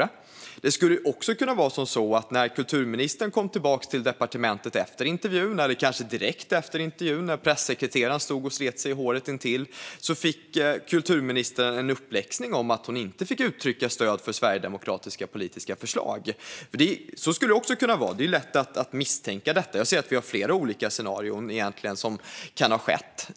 Men det skulle också kunna vara så att när kulturministern kom tillbaka till departementet efter intervjun, eller kanske direkt efter intervjun när pressekreteraren stod intill och slet sig i håret, fick hon en uppläxning om att hon inte fick uttrycka stöd för sverigedemokratiska politiska förslag. Så skulle det också kunna vara. Det är lätt att misstänka detta. Jag ser egentligen flera olika scenarier som kan ha skett.